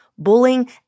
bullying